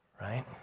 right